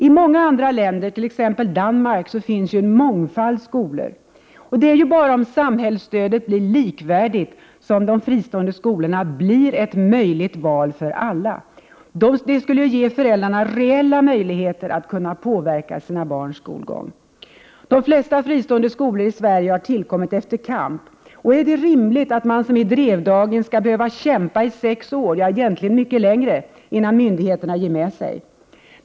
I många andra länder, t.ex. Danmark, finns en mångfald skolor. Det är ju endast om samhällsstödet blir likvärdigt som de fristående skolorna blir ett möjligt val för alla. Det skulle ge föräldrarna reella möjligheter att kunna påverka sina barns skolgång. De flesta fristående skolor i Sverige har tillkommit efter kamp. Är det rimligt att man som i Drevdagen skall behöva kämpa i sex år, ja egentligen mycket längre, innan myndigheterna ger med sig?